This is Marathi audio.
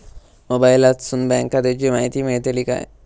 मोबाईलातसून बँक खात्याची माहिती मेळतली काय?